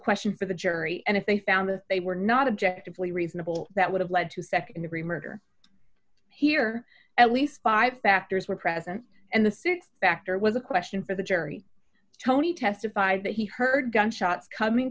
question for the jury and if they found that they were not objectively reasonable that would have led to nd degree murder here at least five factors were present and the six factor was a question for the jury tony testified that he heard gunshots coming